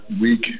week